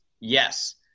yes